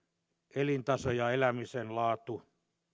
elintaso ja elämisen laatu